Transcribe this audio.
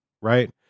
right